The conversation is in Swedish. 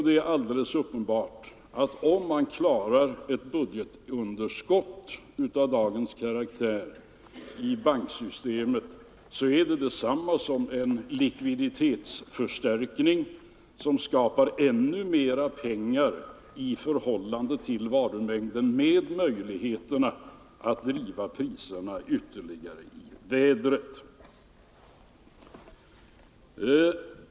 Det är alldeles uppenbart att om staten klarar ett budgetunderskott av dagens omfattning i banksystemet, så är det detsamma som en likviditetsförstärkning som skapar ännu mera pengar i förhållande till varumängden och därmed möjligheter att driva priserna ytterligare i vädret.